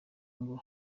ngo